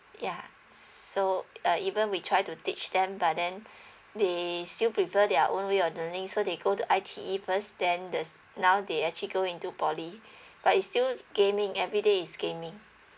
yeah so uh even we try to teach them but then they still prefer their own way or the next so they go to I_T_E first then the now they actually go into poly but it's still gaming everyday is gaming